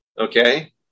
Okay